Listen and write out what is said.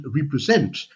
represent